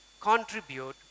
contribute